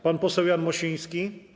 Pan poseł Jan Mosiński.